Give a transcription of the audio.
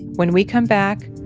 when we come back,